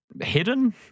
hidden